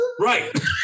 Right